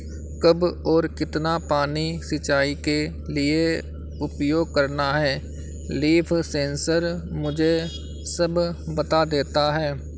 कब और कितना पानी सिंचाई के लिए उपयोग करना है लीफ सेंसर मुझे सब बता देता है